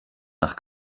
nach